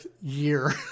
year